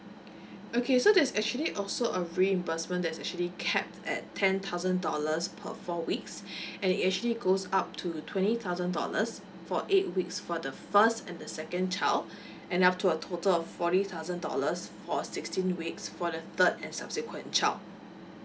okay so there's actually also a reimbursement that's actually cap at ten thousand dollars per four weeks and it actually goes up to twenty thousand dollars for eight weeks for the first and the second child and up to a total of forty thousand dollars for sixteen weeks for the third and subsequent child